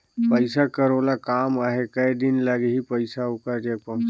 पइसा कर ओला काम आहे कये दिन लगही पइसा ओकर जग पहुंचे बर?